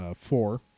four